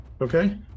Okay